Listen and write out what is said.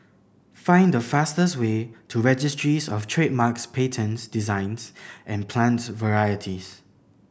find the fastest way to Registries Of Trademarks Patents Designs and Plants Varieties